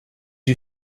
you